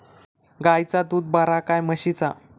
गायचा दूध बरा काय म्हशीचा?